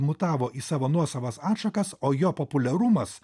mutavo į savo nuosavas atšakas o jo populiarumas